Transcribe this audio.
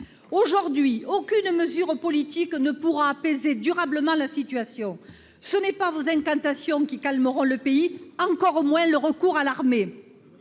Aujourd'hui, aucune mesure politique ne pourra apaiser durablement la situation. Ce ne sont pas vos incantations qui calmeront le pays, encore moins le recours à l'armée.